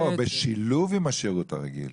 לא, בשילוב עם השירות הרגיל.